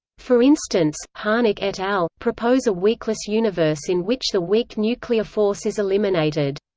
for instance, harnik et al. propose a weakless universe in which the weak nuclear force is eliminated.